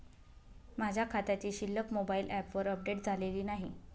माझ्या खात्याची शिल्लक मोबाइल ॲपवर अपडेट झालेली नाही